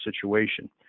situation